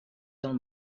del